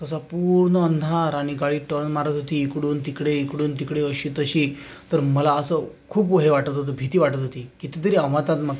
तसा पूर्ण अंधार आणि गाडी टर्न मारत होती इकडून तिकडे इकडून तिकडे अशी तशी तर मला असं खूप हे वाटत होतं भीती वाटत होती कितीतरी आव्हातात्मक